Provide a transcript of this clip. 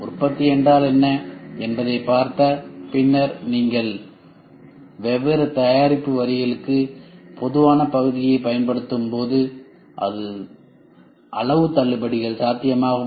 உற்பத்தி என்றால் என்ன என்பதை பார்த்த பின்னர் நீங்கள் வெவ்வேறு தயாரிப்பு வரிகளுக்கு பொதுவான பகுதியைப் பயன்படுத்தும்போது அளவு தள்ளுபடிகள் சாத்தியமாகும்